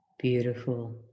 Beautiful